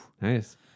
Nice